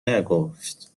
نگفت